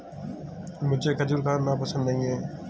मुझें खजूर खाना पसंद नहीं है